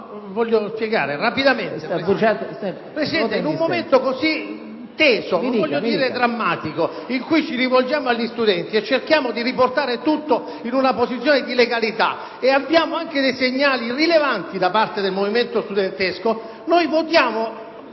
voglio motivare molto brevemente. In un momento così teso - non voglio dire drammatico - in cui ci rivolgiamo agli studenti e cerchiamo di riportare tutto in una condizione di legalità, e su questo abbiamo anche dei segnali rilevanti da parte del movimento studentesco, noi votiamo